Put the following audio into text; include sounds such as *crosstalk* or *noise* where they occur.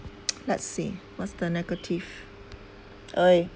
*noise* let's see what's the negative !oi!